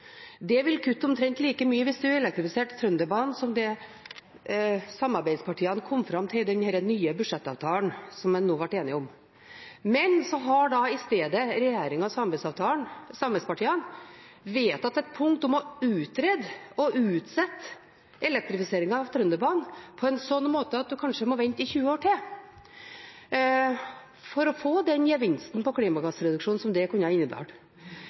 samarbeidspartiene kom fram til i denne nye budsjettavtalen som de nå ble enige om. Men så har i stedet regjeringen og samarbeidspartiene vedtatt et punkt om å utrede og utsette elektrifiseringen av Trønderbanen på en sånn måte at du kanskje må vente i 20 år til for å få den gevinsten på klimagassreduksjon som det kunne